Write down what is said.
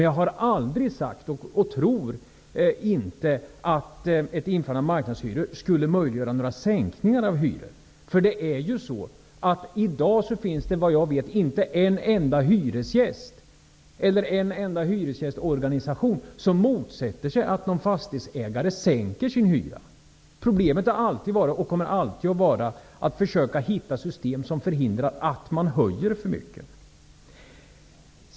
Jag har aldrig sagt och tror heller inte att ett införande av marknadshyror skulle möjliggöra några sänkningar av hyror. Det finns i dag såvitt jag vet inte en enda hyresgäst eller en enda hyresgästorganisation som motsätter sig att en fastighetsägare sänker hyran. Problemet har alltid varit och kommer alltid att vara att försöka hitta ett system som förhindrar att man höjer för mycket.